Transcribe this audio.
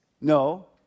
No